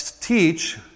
teach